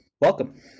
Welcome